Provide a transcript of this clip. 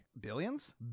Billions